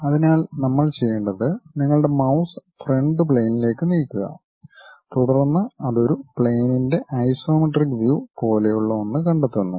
അതിനാൽ നമ്മൾ ചെയ്യേണ്ടത് നിങ്ങളുടെ മൌസ് ഫ്രണ്ട് പ്ലെയിനിലേക്ക് നീക്കുക തുടർന്ന് അത് ഒരു പ്ലെയിനിൻ്റെ ഐസോമെട്രിക് വ്യൂ പോലെയുള്ള ഒന്ന് കണ്ടെത്തുന്നു